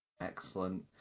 Excellent